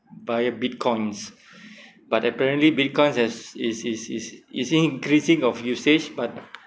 buy Bitcoins but apparently because as it's it's it's it's increasing of usage but